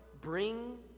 bring